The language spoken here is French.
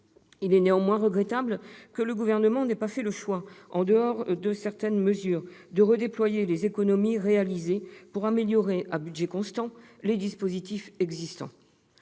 Il est néanmoins regrettable que le Gouvernement n'ait pas fait le choix, en dehors de certaines mesures, de redéployer les économies réalisées pour améliorer, à budget constant, les dispositifs existants.